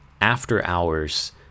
after-hours